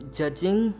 judging